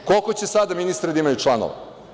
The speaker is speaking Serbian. Koliko će sada, ministre, da imaju članova?